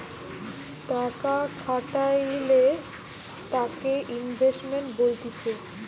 টাকা খাটাইলে তাকে ইনভেস্টমেন্ট বলতিছে